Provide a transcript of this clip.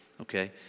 okay